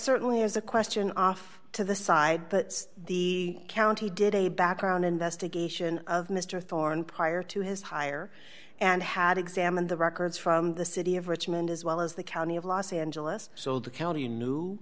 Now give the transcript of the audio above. certainly is a question off to the side but the county did a background investigation of mr thorne prior to his hire and had examined the records from the city of richmond as well as the county of los angeles so the county